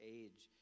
age